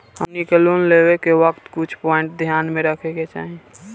हमनी के लोन लेवे के वक्त कुछ प्वाइंट ध्यान में रखे के चाही